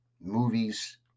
movies